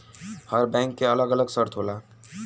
हर bank के अलग अलग शर्त होला